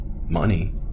Money